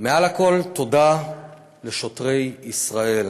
מעל לכול, תודה לשוטרי ישראל.